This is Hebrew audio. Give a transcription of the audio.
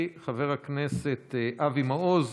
חברי, חבר הכנסת אבי מעוז,